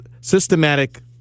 systematic